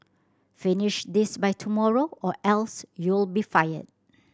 finish this by tomorrow or else you'll be fired